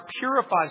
purifies